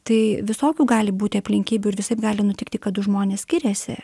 tai visokių gali būti aplinkybių ir visaip gali nutikti kad du žmonės skiriasi